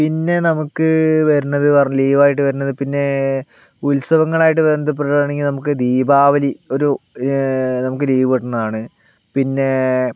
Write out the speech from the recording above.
പിന്നെ നമുക്ക് വരണത് ലീവ് ആയിട്ട് വരണത് പിന്നെ ഉത്സവങ്ങൾ ആയിട്ട് ബന്ധപ്പെട്ടാണെങ്കിൽ നമുക്ക് ദീപാവലി ഒരു നമുക്ക് ലീവ് കിട്ടണതാണ് പിന്നെ